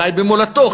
חי במולדתו,